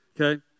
Okay